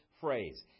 phrase